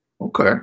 okay